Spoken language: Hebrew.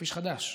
כביש חדש,